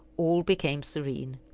all became serene.